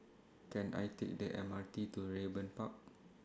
Can I Take The M R T to Raeburn Park